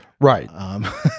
Right